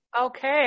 Okay